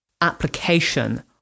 application